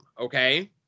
okay